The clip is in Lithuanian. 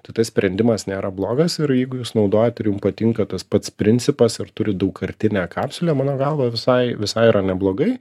tai tas sprendimas nėra blogas ir jeigu jūs naudojat ir jum patinka tas pats principas ir turit daugkartinę kapsulę mano galva visai visai yra neblogai